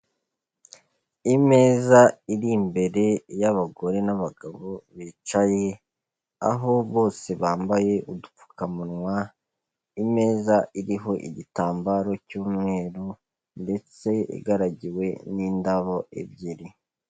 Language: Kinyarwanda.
Imeza iri imbere y'abagore n'abagabo bicaye, aho bose bambaye udupfukamunwa, imeza iriho igitambaro cy'umweru ndetse igaragiwe n'indabo ebyiri.